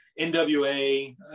NWA